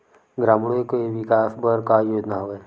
ग्रामीणों के विकास बर का योजना हवय?